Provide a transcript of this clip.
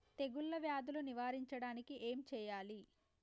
తెగుళ్ళ వ్యాధులు నివారించడానికి ఏం చేయాలి?